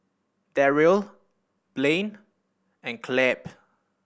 Darryle Blain and Clabe